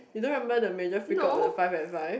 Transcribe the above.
you don't remember the major freak out on the five and five